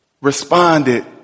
responded